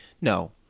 No